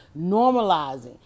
normalizing